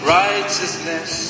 righteousness